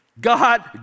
God